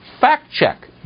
fact-check